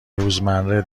روزمره